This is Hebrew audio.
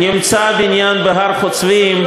נמצא הבניין בהר-חוצבים.